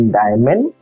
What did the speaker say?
diamond